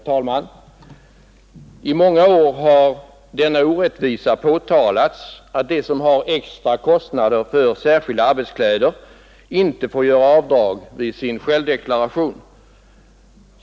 Herr talman! I många år har den orättvisan påtalats, att de som har extra kostnader för särskilda arbetskläder inte får göra avdrag härför i sin självdeklaration.